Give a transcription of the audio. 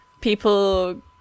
people